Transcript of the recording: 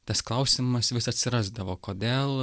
tas klausimas vis atsirasdavo kodėl